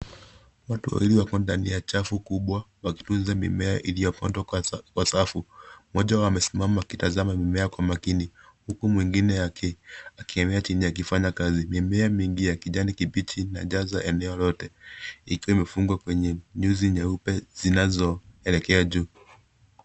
Watu wawili wako ndani ya chafu kubwa wakikuza mimea iliopandwa kwa safu, moja wao amesimama akitasama mimea kwa makini huku mwingine akiinama jini akifanya kazi. Mimea mingi ya kijani kibichi inajaza eneo lote, ikiwa imefungwa kwenye nyuzi nyeupe zinazo elekea juu.